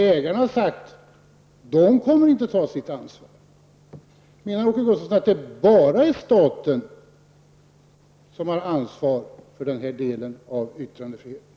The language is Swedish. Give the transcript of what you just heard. Ägarna har sagt att de inte kommer att ta sitt ansvar. Menar Åke Gustavsson att det bara är staten som skall ha ansvar för den här delen av yttrandefriheten?